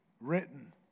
written